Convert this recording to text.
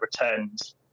returns